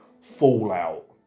Fallout